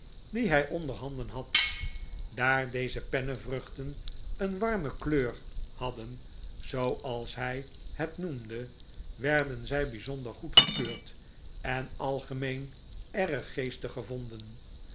die hij ondermaarten chuzzlewit handen had daar deze pennevruchten een warme kleur hadden zooals hij het noemde werden zij bijzonder goedgekeurd en algemeen erg geestig gevonden